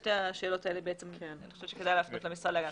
את שתי השאלות האלה אני חושבת שכדאי להפנות למשרד להגנת הסביבה.